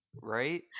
right